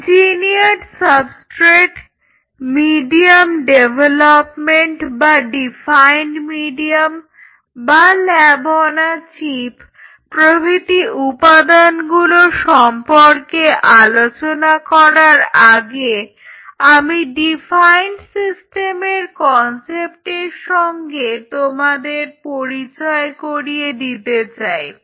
engineered substrate medium development বা defined medium বা lab on a chip প্রভৃতি উপাদানগুলো সম্পর্কে আলোচনা করার আগে আমি ডিফাইন্ড সিস্টেমের কনসেপ্টের সঙ্গে তোমাদের পরিচয় করিয়ে দিতে চাই